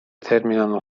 terminano